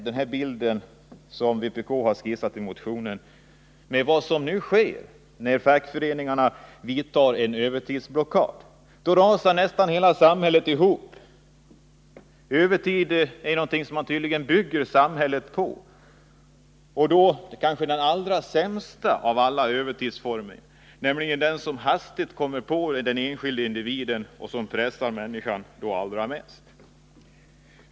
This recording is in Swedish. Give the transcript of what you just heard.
Den bild som vpk har skissat i motionen överensstämmer ganska väl med vad som nu sker, när fackföreningarna vidtar en övertidsblockad. Då rasar nästan hela samhället ihop. Samhället bygger tydligen på möjligheten till övertidsarbete, och då kanske på den sämsta av alla övertidsformer, nämligen den som hastigt kommer på den enskilde individen och pressar honom allra mest.